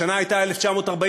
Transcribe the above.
השנה הייתה 1941,